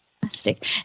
Fantastic